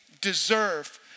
deserve